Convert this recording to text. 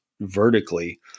vertically